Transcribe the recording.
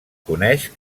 coneix